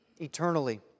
eternally